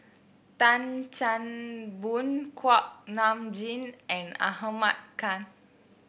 Tan Chan Boon Kuak Nam Jin and Ahmad Khan